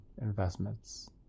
investments